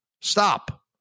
Stop